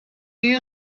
you